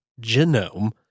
genome